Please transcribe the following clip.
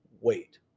wait